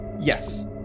Yes